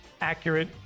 accurate